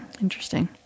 Interesting